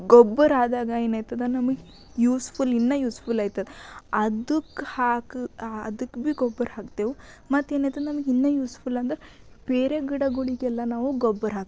ಗೊಬ್ಬರ ಆದಾಗ ಏನಾಗ್ತದೆ ನಮ್ಗೆ ಯೂಸ್ಫುಲ್ ಇನ್ನೂ ಯೂಸ್ಫುಲ್ ಆಗ್ತದೆ ಅದಕ್ಕೆ ಹಾಕಿ ಅದಕ್ಕೆ ಭೀ ಗೊಬ್ಬರ ಹಾಕ್ತೀವಿ ಮತ್ತೇನಾಗ್ತದೆ ಇನ್ನೂ ಯೂಸ್ಫುಲ್ ಅಂದರೆ ಬೇರೆ ಗಿಡಗಳಿಗೆಲ್ಲ ನಾವು ಗೊಬ್ಬರ ಹಾಕ್ತೀವಿ